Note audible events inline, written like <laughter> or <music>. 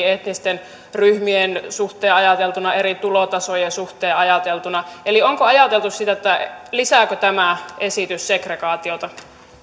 <unintelligible> etnisten ryhmien suhteen ajateltuna eri tulotasojen suhteen ajateltuna eli onko ajateltu sitä lisääkö tämä esitys segregaatiota